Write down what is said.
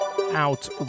out